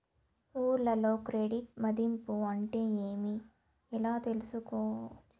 ఊర్లలో క్రెడిట్ మధింపు అంటే ఏమి? ఎలా చేసుకోవాలి కోవాలి?